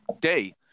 day